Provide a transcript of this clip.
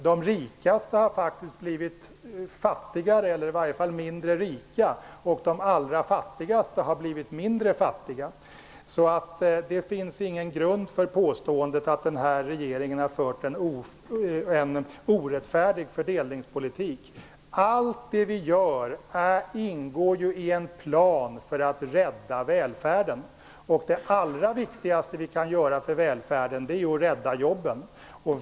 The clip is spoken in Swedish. De rikaste har faktiskt blivit fattigare eller i varje fall mindre rika, och de allra fattigaste har blivit mindre fattiga. Det finns ingen grund för påståendet att regeringen har fört en orättfärdig fördelningspolitik. Allt det vi gör ingår i en plan för att rädda välfärden. Det allra viktigaste vi kan göra för välfärden är att rädda jobben.